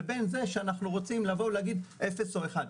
לבין זה שאנחנו רוצים להגיד אפס או אחד.